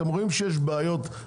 אתם רואים שיש בשינוע,